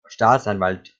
staatsanwalt